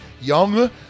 Young